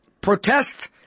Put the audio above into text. protest